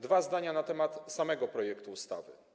Dwa zdania na temat samego projektu ustawy.